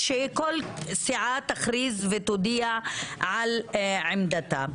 שכל סיעה תכריז ותודיע על עמדתה.